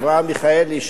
אברהם מיכאלי,